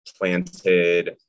planted